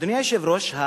אדוני היושב-ראש,